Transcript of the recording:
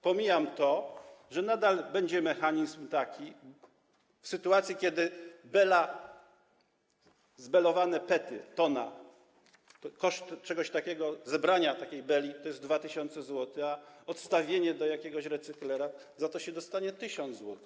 Pomijam to, że nadal będzie taki mechanizm, w sytuacji kiedy bela, zbelowane PET, tona, koszt czegoś takiego, zebrania takiej beli to jest 2 tys. zł, a odstawienie do jakiegoś recyklera - za to się dostanie 1 tys. zł.